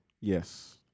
Yes